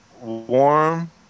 warm